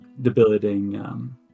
debilitating